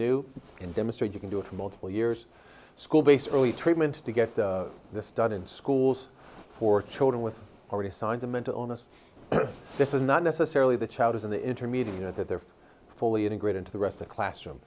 new can demonstrate you can do it for multiple years school based treatment to get this done in schools for children with already signs of mental illness this is not necessarily the child is in the intermediate that they're fully integrate into the rest of classroom